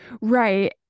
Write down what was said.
Right